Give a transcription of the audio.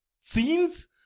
scenes